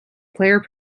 player